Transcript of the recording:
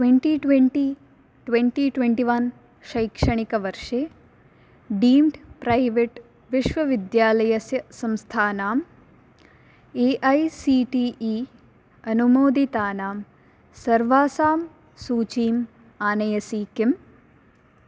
twenty twenty twenty one शैक्षणिकवर्षे deemed private विश्वविद्यालयस्य संस्थानां A I C T E अनुमोदितानां सर्वासाम् सूचीम् आनयसि किम्